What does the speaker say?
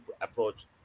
approach